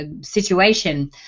situation